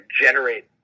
generate